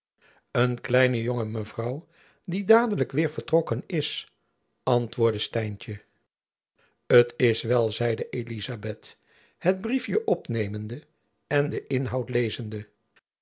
een kleine jongen mevrouw die dadelijk weir vertrokken is antwoordde stijntjen t is wel zeide elizabeth het briefjen opnemende en den inhoud lezende